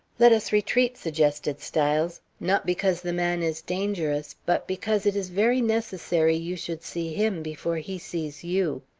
let us retreat, suggested styles. not because the man is dangerous, but because it is very necessary you should see him before he sees you.